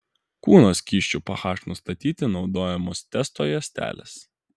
kūno skysčių ph nustatyti naudojamos testo juostelės